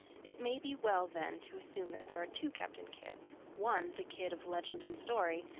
it may be well, then, to assume that there are two captain kidds one the kidd of legend and story,